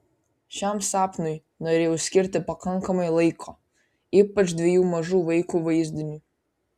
šiam sapnui norėjau skirti pakankamai laiko ypač dviejų mažų vaikų vaizdiniui